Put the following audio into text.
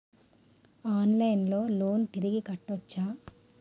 ఆన్లైన్లో లోన్ తిరిగి కట్టోచ్చా?